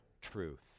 truth